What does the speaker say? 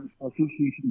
Association